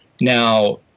now